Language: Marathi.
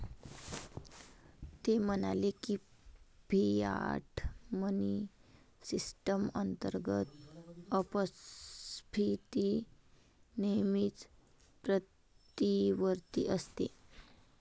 ते म्हणाले की, फियाट मनी सिस्टम अंतर्गत अपस्फीती नेहमीच प्रतिवर्ती असते